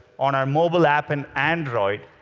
on our mobile app in android,